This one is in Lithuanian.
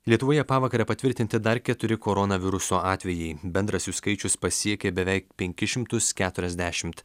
lietuvoje pavakarę patvirtinti dar keturi koronaviruso atvejai bendras jų skaičius pasiekė beveik penkis šimtus keturiasdešimt